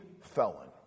felon